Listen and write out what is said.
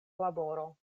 laboro